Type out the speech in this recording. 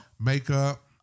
makeup